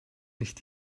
nicht